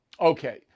Okay